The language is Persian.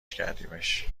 کردیمش